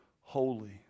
holy